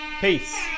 Peace